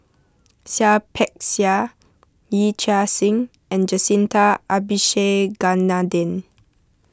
Seah Peck Seah Yee Chia Hsing and Jacintha Abisheganaden